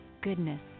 goodness